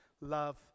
Love